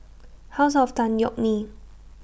House of Tan Yeok Nee